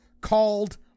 called